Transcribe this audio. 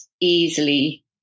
easily